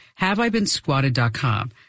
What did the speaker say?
HaveIBeenSquatted.com